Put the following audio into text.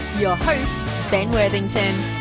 your host ben worthington